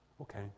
Okay